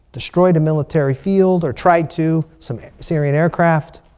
destroyed a military field, or tried to, some syrian aircraft.